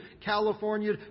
California